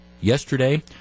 yesterday